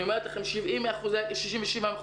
ו-47%